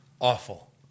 Awful